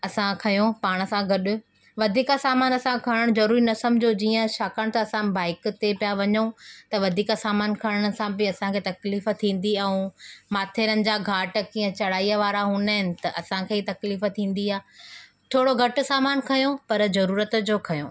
असां खयो पाण सां गॾु वधीक सामान असां खणण ज़रूरी न समुझो जीअं छाकाणि त असां बाइक ते पिया वञू त वधीक सामान खणण सां बि असांखे तकलीफ़ थींदी ऐं माथेरान जा घाट कीअं चढ़ाईअ वारा हूंदा आहिनि त असांखे तकलीफ़ थींदी आहे थोरो घटि सामान खयो पर ज़रूरत जो खयो